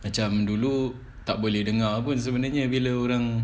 macam dulu tak boleh dengar pun sebenarnya bila orang